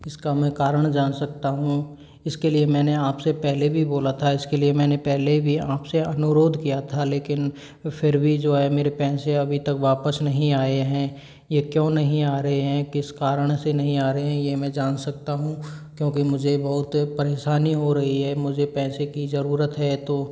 इसका मैं कारण जान सकता हूँ इसके लिए मैंने आपसे पहले भी बोला था इसके लिए मैंने पहले पहले भी आपसे अनुरोध किया था लेकिन फिर भी जो है मेरे पैसे अभी तक वापस नहीं आए हैं ये क्यों नहीं आ रहे हैं किस कारण से नहीं आ रहे हैं ये मै जान सकता हूँ क्योंकि मुझे बहुत परेशानी हो रही है मुझे पैसे की ज़रूरत है तो